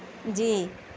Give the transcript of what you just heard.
جی